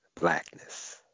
blackness